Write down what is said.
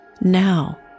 Now